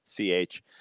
CH